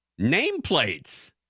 nameplates